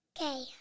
Okay